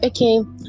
Okay